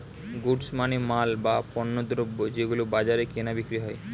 goods মানে মাল, বা পণ্যদ্রব যেগুলো বাজারে কেনা বিক্রি হয়